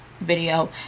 video